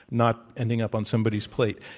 not ending up on somebody's plate.